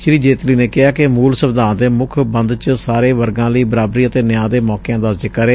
ਸ੍ਰੀ ਜੇਤਲੀ ਨੇ ਕਿਹਾ ਕਿ ਮੂਲ ਸੰਵਿਧਾਨ ਦੇ ਮੁੱਖ ਬੰਦ ਚ ਸਾਰੇ ਵਰਗਾਂ ਲਈ ਬਰਾਬਰੀ ਅਤੇ ਨਿਆਂ ਦੇ ਮੌਕਿਆਂ ਦਾ ਜ਼ਿਕਰ ਏ